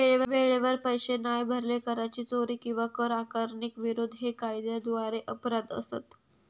वेळेवर पैशे नाय भरले, कराची चोरी किंवा कर आकारणीक विरोध हे कायद्याद्वारे अपराध असत